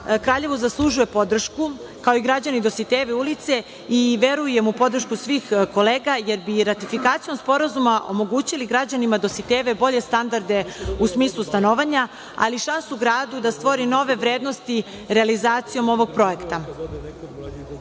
Kraljevo zaslužuje podršku, kao i građani Dositejeve ulice i verujem u podršku svih kolega, jer bi ratifikacijom sporazuma omogućili građanima Dositejeve bolje standarde u smislu stanovanja, ali i šansu gradu da stvori nove vrednosti realizacijom ovog projekta.